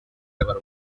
river